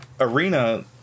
Arena